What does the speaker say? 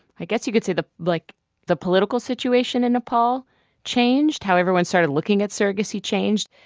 i guess you can say the like the political situation in nepal changed, how everyone started looking at surrogacy changed.